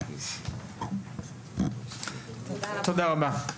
תודה רבה.